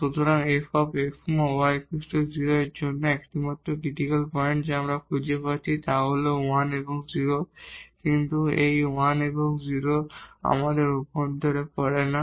সুতরাং এই f x y 0 এর জন্য একমাত্র ক্রিটিকাল পয়েন্ট যা আমরা খুঁজে পাচ্ছি তা হল 1 এবং 0 কিন্তু এই 1 এবং 0 বিন্দু আমাদের অভ্যন্তরে পড়ে না